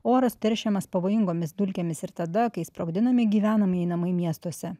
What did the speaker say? oras teršiamas pavojingomis dulkėmis ir tada kai sprogdinami gyvenamieji namai miestuose